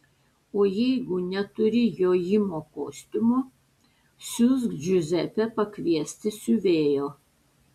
o jeigu neturi jojimo kostiumo siųsk džiuzepę pakviesti siuvėjo